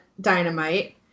Dynamite